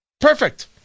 perfect